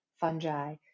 fungi